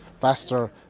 faster